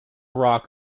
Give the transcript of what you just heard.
rock